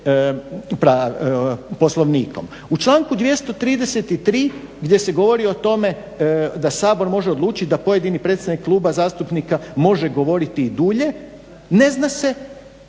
Poslovnikom. U članku 233. gdje se govori o tome da Sabor može odlučit da pojedini predstavnik kluba zastupnika može govoriti i dulje ne zna se